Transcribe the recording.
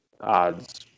odds